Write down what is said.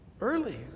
early